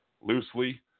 loosely